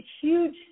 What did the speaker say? huge